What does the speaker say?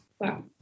Wow